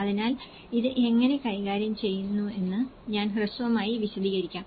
അതിനാൽ ഇത് എങ്ങനെ കൈകാര്യം ചെയ്തുവെന്ന് ഞാൻ ഹ്രസ്വമായി വിശദീകരിക്കും